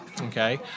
Okay